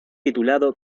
titulado